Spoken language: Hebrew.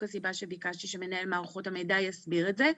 הסיבה שביקשתי שמנהל מערכות המידע יסביר את זה.